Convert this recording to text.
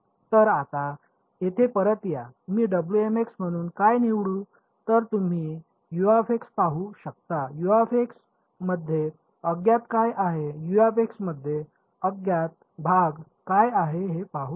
तर आता येथे परत या मी म्हणून काय निवडू तर तुम्ही U पाहू शकता U मध्ये अज्ञात काय आहे U मध्ये अज्ञात भाग काय आहे हे पाहू शकता